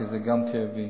כי זה גם כאבי.